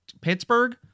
Pittsburgh